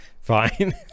fine